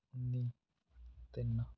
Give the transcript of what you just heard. ਉੱਨੀ ਤਿੰਨ